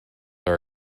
are